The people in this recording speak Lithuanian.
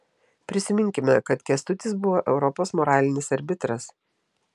prisiminkime kad kęstutis buvo europos moralinis arbitras